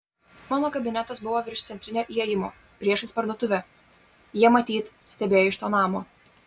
mano kabinetas buvo virš centrinio įėjimo priešais parduotuvę jie matyt stebėjo iš to namo